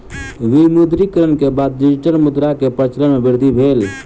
विमुद्रीकरण के बाद डिजिटल मुद्रा के प्रचलन मे वृद्धि भेल